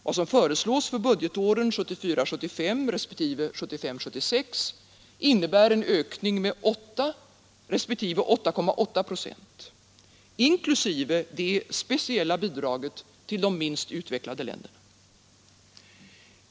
Vad som föreslås för budgetåren 1974 76, innebär ökning med 8 respektive 8,8 procent, inklusive det speciella bidraget till de minst utvecklade länderna.